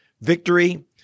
victory